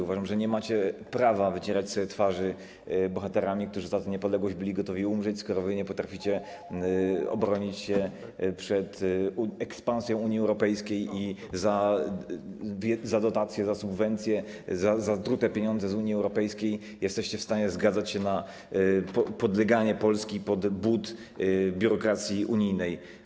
Uważam, że nie macie prawa wycierać sobie twarzy bohaterami, którzy za tę niepodległość byli gotowi umrzeć, skoro wy nie potraficie obronić się przed ekspansją Unii Europejskiej i za dotacje, za subwencje, za zatrute pieniądze z Unii Europejskiej jesteście w stanie zgadzać się na podleganie Polski pod but biurokracji unijnej.